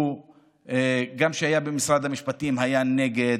גם כשהיה במשרד המשפטים היה נגד,